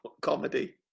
comedy